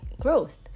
growth